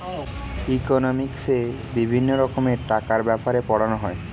ইকোনমিক্সে বিভিন্ন রকমের টাকার ব্যাপারে পড়ানো হয়